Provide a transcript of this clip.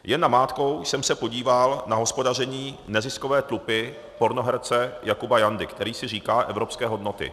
Jen namátkou jsem se podíval na hospodaření neziskové tlupy pornoherce Jakuba Jandy, který si říká Evropské hodnoty.